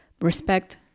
respect